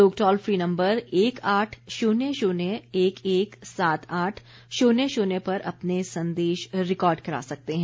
लोग toll free number एक आठ शून्य शून्य एक एक सात आठ शुन्य शुन्य पर अपने संदेश रिकॉर्ड करा सकते हैं